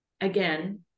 again